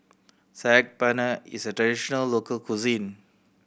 Saag Paneer is a traditional local cuisine